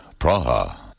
Praha